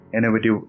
Innovative